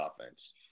offense